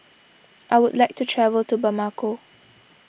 I would like to travel to Bamako